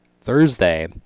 Thursday